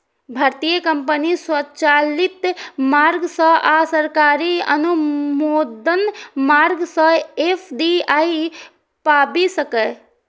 भारतीय कंपनी स्वचालित मार्ग सं आ सरकारी अनुमोदन मार्ग सं एफ.डी.आई पाबि सकैए